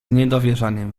niedowierzaniem